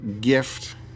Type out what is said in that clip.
gift